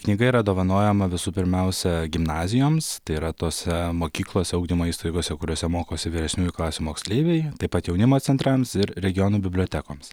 knyga yra dovanojama visų pirmiausia gimnazijoms tai yra tose mokyklose ugdymo įstaigose kuriose mokosi vyresniųjų klasių moksleiviai taip pat jaunimo centrams ir regionų bibliotekoms